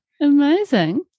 amazing